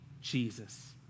Jesus